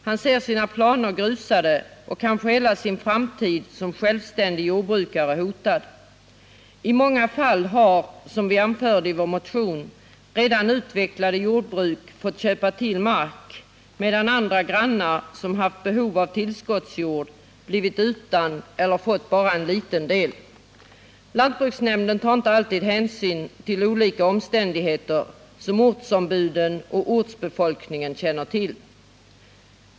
Han ser sina planer grusade och kanske hela sin framtid som självständig jordbrukare hotad. I många fall har, som vi anförde i vår motion, redan utvecklade jordbruk fått köpa till mark, medan andra som också haft angränsande mark och som haft behov av tillskottsjord blivit utan eller fått bara en liten del. Lantbruksnämnden tar inte alltid hänsyn till olika omständigheter som ortsombuden och ortsbefolkningen känner till.